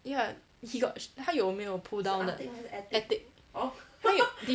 ya he got sh~ 她有没有 pull down 的 attic 因为